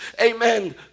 amen